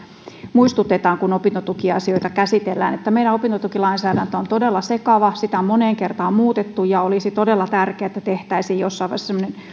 muistutetaan kun opintotukiasioita käsitellään että meillä opintotukilainsäädäntö on todella sekava sitä on moneen kertaan muutettu ja olisi todella tärkeää että tehtäisiin jossain vaiheessa semmoinen